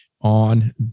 on